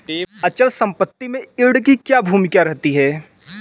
अचल संपत्ति में यील्ड की क्या भूमिका रहती है?